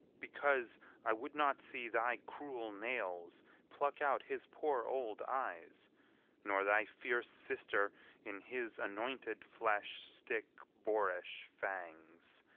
because i would not see thy cruel nails pluck out his poor old eyes nor thy fierce sister in his anointed flesh stick boarish fangs.